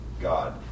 God